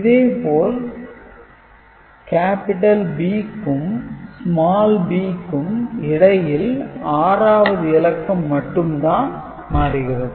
இதே போல் B க்கும் b க்கும் இடையில் 6 வது இலக்கம் மட்டும் தான் மாறுகிறது